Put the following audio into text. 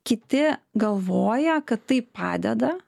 kiti galvoja kad tai padeda